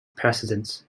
president